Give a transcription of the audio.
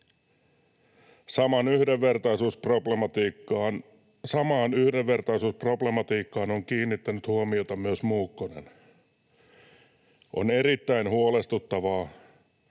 Samaan yhdenvertaisuusproblematiikkaan on kiinnittänyt huomiota myös Muukkonen. On erittäin huolestuttavaa,